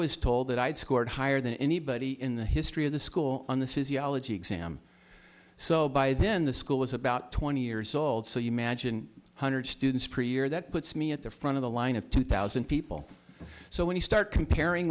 was told that i had scored higher than anybody in the history of the school on the physiology exam so by then the school was about twenty years old so you magine hundred students per year that puts me at the front of the line of two thousand people so when you start comparing